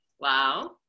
Wow